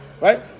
Right